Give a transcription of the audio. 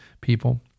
People